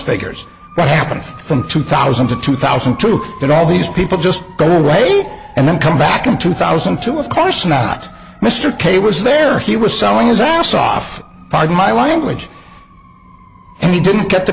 figures that happened from two thousand to two thousand to get all these people just go right and then come back in two thousand and two of course not mr kay was there he was selling his ass off pardon my language and he didn't get the